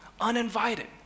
Uninvited